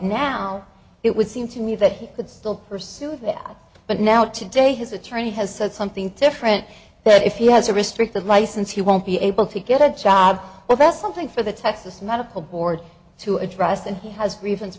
now it would seem to me that he would still pursue that but now today his attorney has said something to friends that if he has a restricted license he won't be able to get a job well that's something for the texas medical board to address and he has reasons